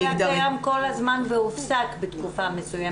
זה מה שהיה קיים כל הזמן והופסק בתקופה מסוימת.